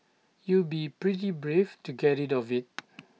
you'd be pretty brave to get rid of IT